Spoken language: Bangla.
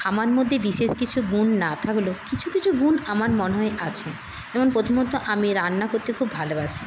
আমার মধ্যে বিশেষ কিছু গুণ না থাকলেও কিছু কিছু গুণ আমার মনে হয় আছে যেমন প্রথমত আমি রান্না করতে খুব ভালোবাসি